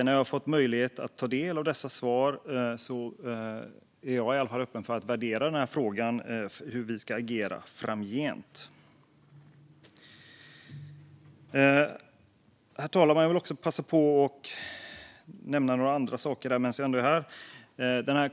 När jag har fått möjlighet att ta del av dessa svar är jag i alla fall öppen för att värdera frågan om hur vi ska agera framgent. Herr talman! Jag vill också passa på att nämna några andra saker.